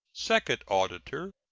second auditor,